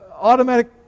automatic